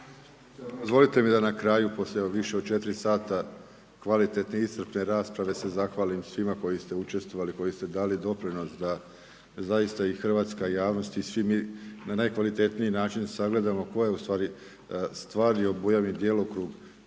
Dozvolite mi da na kraju, poslije više od 4 sata kvalitetne i iscrpne rasprave se zahvalim svima koji ste učestvovali i dali doprinos da zaista i hrvatska javnost i svi mi na najkvalitetniji način sagledamo tko je ustvari stvarni i obujam djelokrug